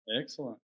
Excellent